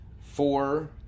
four